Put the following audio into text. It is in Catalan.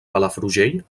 palafrugell